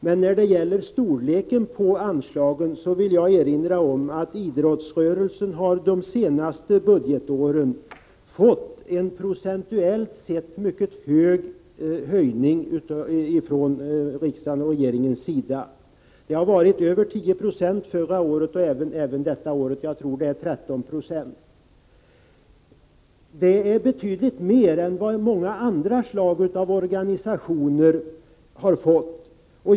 Men när det gäller storleken på anslagen vill jag erinra om att idrottsrörelsen de senaste budgetåren fått en procentuellt sett mycket stor höjning från riksdagen och regeringen. Det var över 10 9 förra året och även detta år — jag tror att det är 13 96. Det är betydligt mer än många andra organisationer har fått.